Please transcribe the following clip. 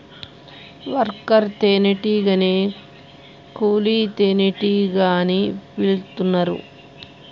worker తేనే టీగనే కూలీ తేనెటీగ అని పిలుతున్నరు